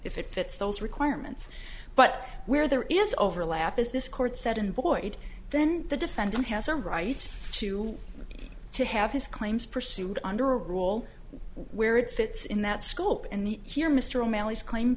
if it fits those requirements but where there is overlap is this court said in void then the defendant has a right to be to have his claims pursued under rule where it fits in that school and here mr o'malley's claim